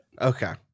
Okay